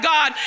God